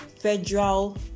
federal